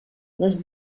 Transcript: les